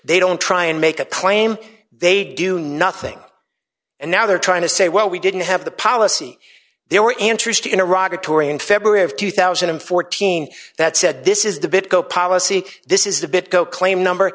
they don't try and make a claim they do nothing and now they're trying to say well we didn't have the policy they were interested in iraq a tory in february of two thousand and fourteen that said this is the bit go policy this is the bit go claim number